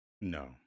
no